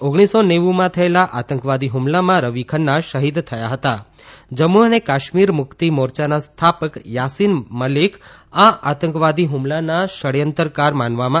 યેલા આતંકવાદી હુમલામાં રવિ ખન્ના શહીદ થયા હતાજમ્મુ અને કાશ્મીર મુક્તિ મોરચાના સ્થાપક યાસીન મલિક આ આતંકવાદી હુમલાના ષડયંત્રકાર માનવામાં